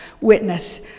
witness